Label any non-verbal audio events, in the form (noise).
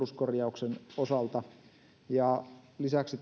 peruskorjauksen osalta ja lisäksi (unintelligible)